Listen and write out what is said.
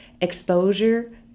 exposure